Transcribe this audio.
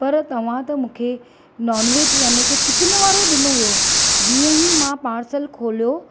पर तव्हां त मूंखे नॅानवेज याने की चिकिन वारो ॾिनो हुओ जीअं ई मां पार्सल खोलियो